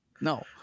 no